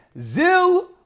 zil